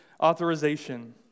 authorization